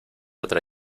otra